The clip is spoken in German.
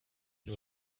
nur